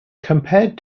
compared